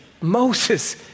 Moses